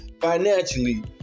financially